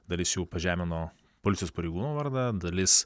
dalis jų pažemino policijos pareigūno vardą dalis